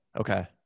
okay